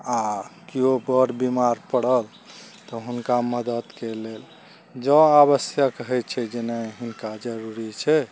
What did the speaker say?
आ केओ बड्ड बीमार पड़ल तऽ हुनका मददके लेल आवश्यक होइ छै जे नहि हिनका जरूरी छै